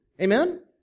Amen